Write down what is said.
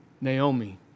Naomi